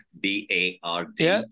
b-a-r-d